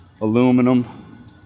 aluminum